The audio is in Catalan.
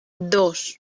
dos